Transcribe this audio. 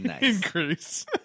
increase